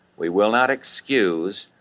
we will not excuse,